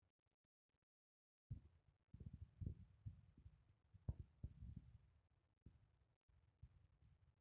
आंतरराष्ट्रीय नाणेनिधी ही एक आंतरराष्ट्रीय वित्तीय संस्था आहे ज्याचे मुख्यालय वॉशिंग्टन डी.सी येथे आहे